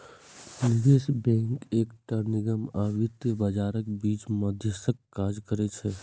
निवेश बैंक एकटा निगम आ वित्तीय बाजारक बीच मध्यस्थक काज करै छै